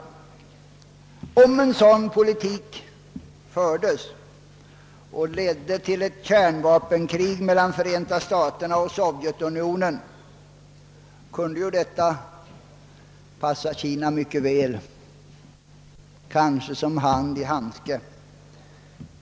Om en sådan politik fördes och ledde till ett kärnvapenkrig mellan Förenta staterna och Sovjetunionen, kunde detta passa Kina mycket väl, kanske som hand i handske.